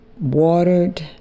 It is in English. watered